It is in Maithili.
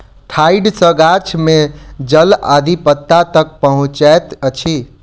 ठाइड़ सॅ गाछ में जल आदि पत्ता तक पहुँचैत अछि